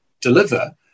deliver